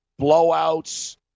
blowouts